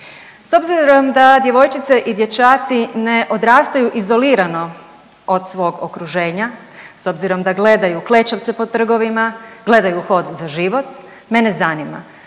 S obzirom da djevojčice i dječaci ne odrastaju izolirano od svog okruženja, s obzirom da gledaju klečavce po trgovima, gledaju Hod za život mene zanima